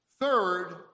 Third